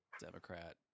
Democrat